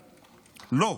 לא,